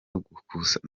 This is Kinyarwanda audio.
gusurwa